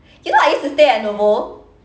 you know I used to stay at nuovo